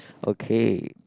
okay